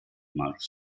marx